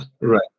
Right